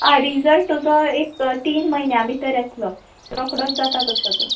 आं रिजल्ट तुजो एक तीन म्हयन्यां भितर येतलो रोखडोच जाता तसो तो